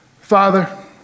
Father